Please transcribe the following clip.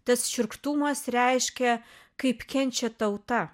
tas šiurkštumas reiškia kaip kenčia tauta